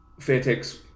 fairtex